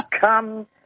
Come